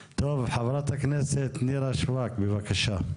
חברת הכנסת נירה שפק, בבקשה.